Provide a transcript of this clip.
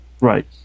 Right